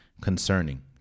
concerning